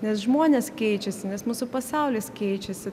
nes žmonės keičiasi nes mūsų pasaulis keičiasi